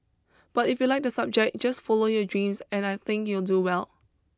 but if you like the subject just follow your dreams and I think you'll do well